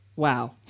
Wow